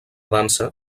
dansa